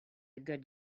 good